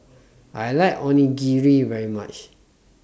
I like Onigiri very much